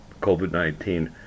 COVID-19